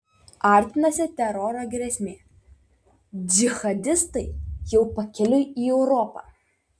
artinasi teroro grėsmė džihadistai jau pakeliui į europą